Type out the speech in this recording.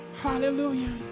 Hallelujah